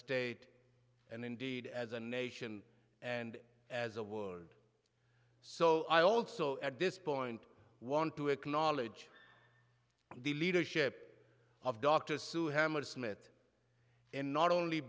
state and indeed as a nation and as a world so i also at this point want to acknowledge the leadership of dr sue hammersmith in not only